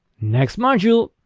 next module.